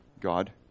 God